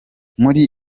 muri